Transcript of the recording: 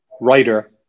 writer